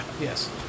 Yes